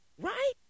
Right